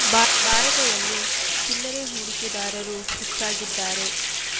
ಭಾರತದಲ್ಲಿ ಚಿಲ್ಲರೆ ಹೂಡಿಕೆದಾರರು ಹೆಚ್ಚಾಗಿದ್ದಾರೆ